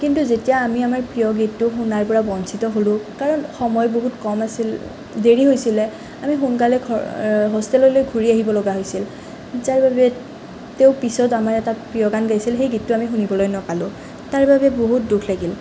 কিন্তু যেতিয়া আমি আমাৰ প্ৰিয় গীতটো শুনাৰ পৰা বঞ্চিত হ'লোঁ কাৰণ সময় বহুত কম আছিল দেৰি হৈছিলে আমি সোনকালে ঘৰ হোষ্টেললৈ ঘূৰি আহিবলগা হৈছিল যাৰবাবে তেওঁ পিছত আমাৰ এটা প্ৰিয় গান এটা গাইছিল এই গীতটো আমি শুনিবলৈ নাপালোঁ তাৰ বাবে বহুত দুখ লাগিল